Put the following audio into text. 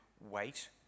wait